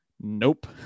Nope